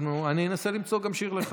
אנסה למצוא גם לך שיר.